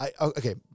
Okay